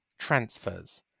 transfers